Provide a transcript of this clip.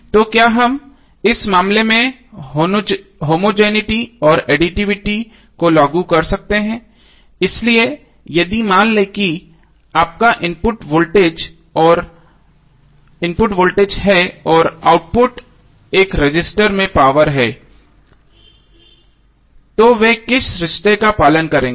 तो क्या हम इस मामले में होमोजेनििटी और एडिटिविटी को लागू कर सकते हैं इसलिए यदि मान लें कि आपका इनपुट वोल्टेज है और आउटपुट एक रेज़िस्टर में पावर है तो वे किस रिश्ते का पालन करेंगे